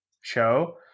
show